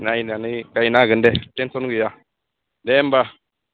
नायनानै गायनो हागोन दे टेनसन गैया दे होमब्ला